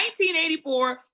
1984